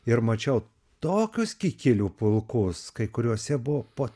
ir mačiau tokius kikilių pulkus kuriuose buvo po